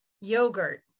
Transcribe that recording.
yogurt